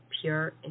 pure